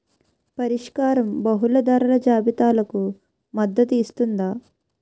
పరిష్కారం బహుళ ధరల జాబితాలకు మద్దతు ఇస్తుందా?